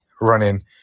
running